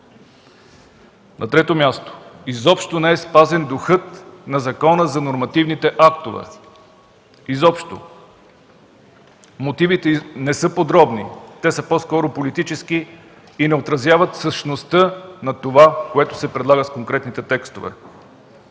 На трето място, изобщо не е спазен духът на Закона за нормативните актове. Изобщо! Мотивите не са подробни, те са по-скоро политически и не отразяват същността на това, което се предлага с конкретните текстове.